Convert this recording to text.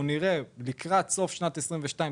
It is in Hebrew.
נראה לקראת סוף שנת 2022,